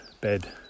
bed